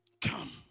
Come